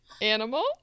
Animal